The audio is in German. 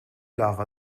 lara